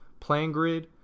PlanGrid